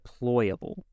deployable